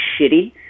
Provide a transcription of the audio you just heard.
shitty